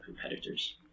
competitors